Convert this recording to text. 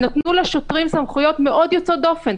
שנתנו לשוטרים סמכויות מאוד יוצאות דופן,